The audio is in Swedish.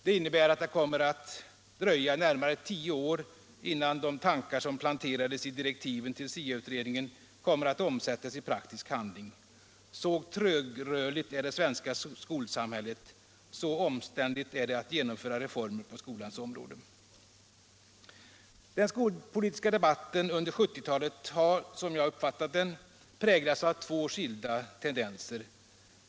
Det innebär att det kommer att dröja närmare tio år innan de tankar som planterades i direktiven till SIA-utredningen kommer att omsättas i praktisk handling. Så trögrörligt är det svenska skolsamhället, så omständligt är det att genomföra reformer på skolans område. Den skolpolitiska debatten under 1970-talet har, som jag uppfattat den, präglats av två skilda tendenser.